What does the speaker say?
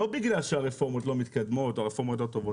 לא בגלל שהרפורמות לא מתקדמות או שהרפורמות לא טובות,